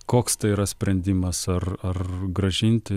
koks tai yra sprendimas ar ar grąžinti